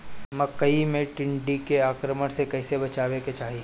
मकई मे टिड्डी के आक्रमण से कइसे बचावे के चाही?